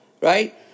right